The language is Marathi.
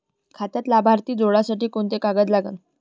खात्यात लाभार्थी जोडासाठी कोंते कागद लागन?